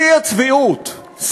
שיא הצביעות.